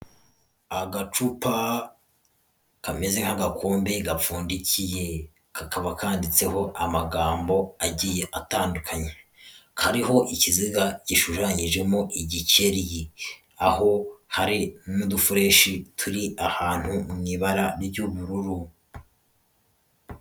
Agacupa kameze nk'agakombe gapfundikiye, kakaba kanditseho amagambo agiye atandukanye. Kariho ikiziga gishushanyijemo igikeri, aho hari n'udufureshi turi ahantu mu ibara ry'ubururu.